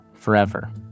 forever